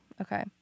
Okay